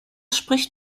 spricht